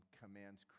commands